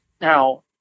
Now